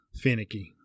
finicky